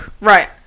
Right